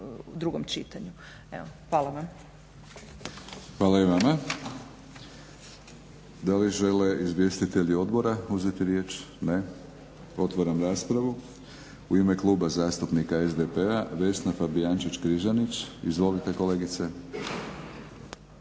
vam. **Batinić, Milorad (HNS)** Hvala i vama. Da li žele izvjestitelji odbora uzeti riječ? Ne. Otvaram raspravu. U ime Kluba zastupnika SDP-a Vesna Fabijančić-Križanić. Izvolite kolegice.